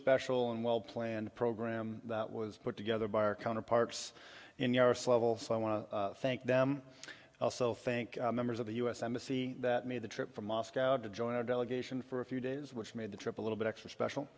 special and well planned program that was put together by our counterparts in the arse level so i want to thank them also think members of the u s embassy that made the trip from moscow to join our delegation for a few days which made the trip a little bit extra special